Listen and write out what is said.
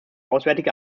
auswärtige